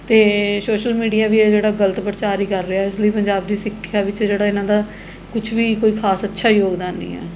ਅਤੇ social media ਵੀ ਇਹ ਜਿਹੜਾ ਗਲਤ ਪ੍ਰਚਾਰ ਹੀ ਕਰ ਰਿਹਾ ਇਸ ਲਈ ਪੰਜਾਬ ਦੀ ਸਿੱਖਿਆ ਵਿੱਚ ਜਿਹੜਾ ਇਹਨਾਂ ਦਾ ਕੁਛ ਵੀ ਕੋਈ ਖਾਸ ਅੱਛਾ ਯੋਗਦਾਨ ਨਹੀਂ ਹੈ